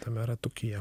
tame ratukyje